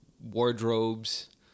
wardrobes